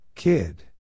Kid